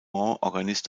organist